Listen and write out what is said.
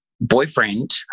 boyfriend